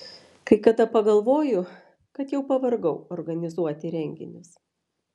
kai kada pagalvoju kad jau pavargau organizuoti renginius